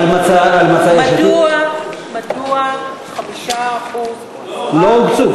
מדוע 5% כן, לא אומצו.